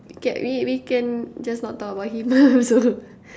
can we we can just not talk about him so